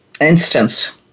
instance